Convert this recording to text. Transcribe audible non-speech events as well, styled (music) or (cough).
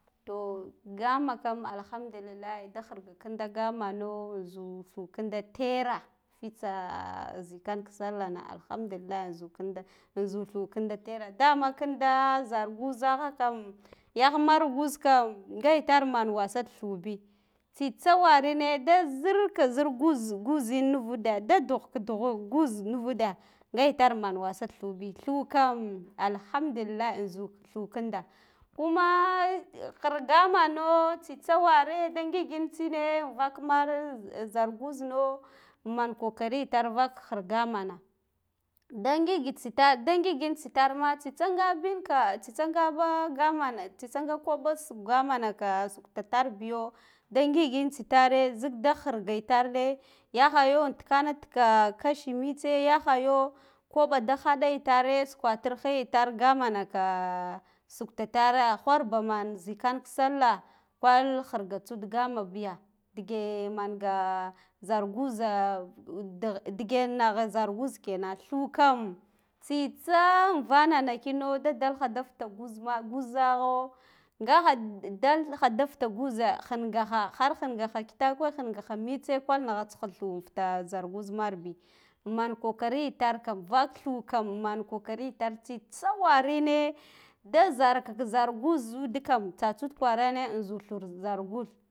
Toh ngama kam alhamdulillahi da ghirga kinda ngamano zu thu ƙinda tera fitsa zikan sallah na alhamdulillah nzu ƙinda inzu thu kinda tera dama kinda zar gwozakha kam yagh mar gwuzkam nga itar man wasak thu bi tsitsa ware ne da zirka zirka gwuzu gwuzu ni nuva ude da dughka dugha gwuzu nuv ude nga itar man wasa thu bi thuw kam alhamdulillahi inzu thu vinda kuma (hesitation) khir gamano tsitsa ware da ngik intsine nvak mara (hesitation) zar gwuzno man kokari itare nuak khir gamana da ngile tsita da ngik intsi tare ma tsitsa ngabi ka tsitsa ngaba gamana tsitsa nga kwaɓo sukwa gamana ka suletar biyo de ngik intsitare zik da khinda itare yalahayo in tikana tika kashi mitsi yakhayo kwabo da khaɗa itare sukwa tirfe iter gamanaka sukle tere gwarba man zikan sallah gwan khirga ndika tsu gama biya dige manga zar gwuza (hesitation) dagha digen na gha zar gwuza kenan thuu kam tsitsa invana na kino da dalkha da fita gwuzna gwuzaho ngakha da (hesitation) da dal khafita gwuzo khin ga kha har khin gakla kitakwe khingakha mitse kwal nagaska thuu infuta zar gwuzmarbi man kokari itar kann vak thuu kam men kokari ita tsitsa warene da zarka kazarka gwuzu ndukam tsatsuf ghwara nzu thuu zar gwuz.